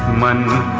one